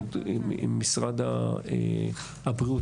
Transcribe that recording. משרד הבריאות,